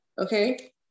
Okay